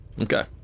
Okay